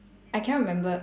I cannot remember